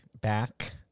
back